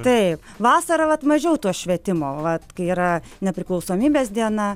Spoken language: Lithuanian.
taip vasarą vat mažiau to švietimo vat kai yra nepriklausomybės diena